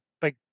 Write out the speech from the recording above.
big